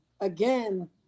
again